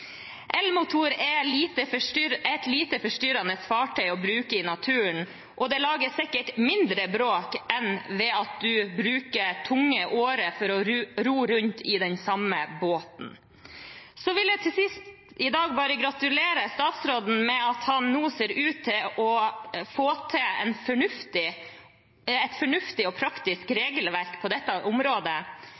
er et lite forstyrrende fartøy å bruke i naturen og lager sikkert mindre bråk enn om man bruker tunge årer for å ro rundt i den samme båten. Til sist i dag vil jeg gratulere statsråden med at han nå ser ut til å få til et fornuftig og praktisk regelverk på dette området,